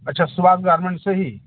अच्छा सुभाष गारमेंट से ही